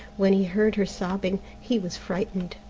when he heard her sobbing, he was frightened,